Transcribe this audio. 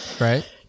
Right